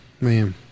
man